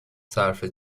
صرفه